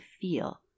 feel